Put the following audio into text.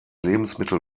lebensmittel